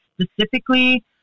specifically